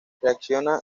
reacciona